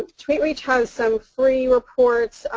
um tweet reach has some free reports.